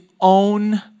own